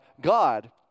God